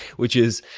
which is,